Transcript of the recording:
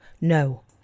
No